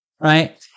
Right